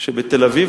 שבתל-אביב,